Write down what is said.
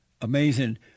Amazing